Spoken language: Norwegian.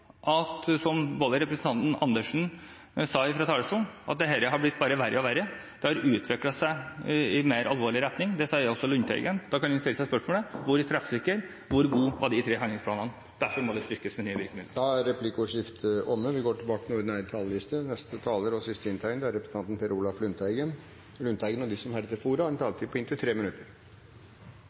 som representanten Dag Terje Andersen sa fra talerstolen, at dette har blitt bare verre og verre. Det har utviklet seg i mer alvorlig retning. Det sier også representanten Lundteigen. Da kan en stille seg spørsmålet: Hvor treffsikre og hvor gode var de tre handlingsplanene? Derfor må det styrkes med nye virkemidler. Replikkordskiftet er dermed omme. De talere som heretter får ordet, har en taletid på inntil 3 minutter. Det er sagt her fra mange at det er stor grad av enighet omkring fast ansettelse. Debatten har